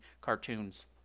cartoons